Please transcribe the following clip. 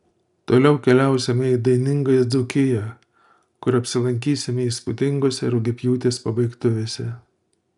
toliau keliausime į dainingąją dzūkiją kur apsilankysime įspūdingose rugiapjūtės pabaigtuvėse